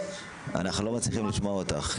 אנחנו לא מצליחים לשמוע אותך,